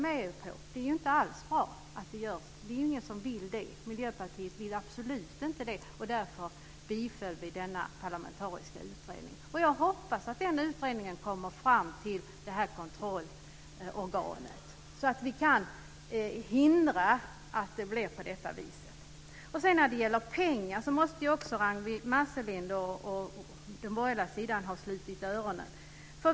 Det är inte alls bra att sådant sker, och därför biföll Miljöpartiet tillsättningen av denna parlamentariska utredning. Jag hoppas att utredningen ska komma fram till att detta kontrollorgan behövs. Också när det gäller pengar måste Ragnwi Marcelind och den borgerliga sidan ha slutit öronen.